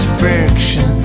friction